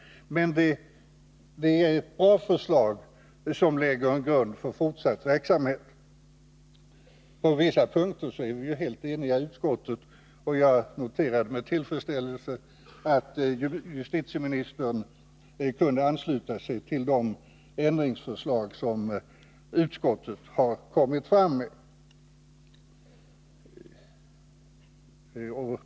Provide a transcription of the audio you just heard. Men det är ett bra förslag som lägger en grund för fortsatt verksamhet. På vissa punkter är vi eniga i utskottet, och jag noterar med tillfredsställelse att justitieministern kunde ansluta sig till de ändringsförslag som utskottet har kommit fram med.